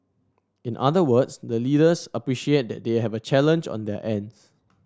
in other words the leaders appreciate that they have a challenge on their ends